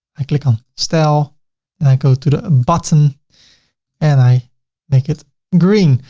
i click on style and i go to the button and i make it green.